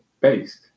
based